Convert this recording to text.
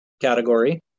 category